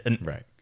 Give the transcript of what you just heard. right